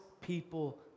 people